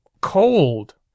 cold